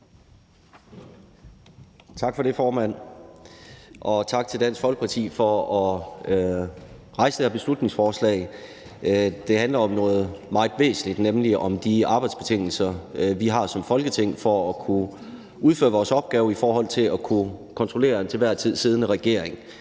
Tak for det, formand, og tak til Dansk Folkeparti for at fremsætte det her beslutningsforslag. Det handler om noget meget væsentligt, nemlig om de arbejdsbetingelser, vi som Folketing har for at kunne udføre vores opgave i forhold til at kunne kontrollere den til enhver tid siddende regering.